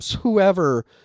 whoever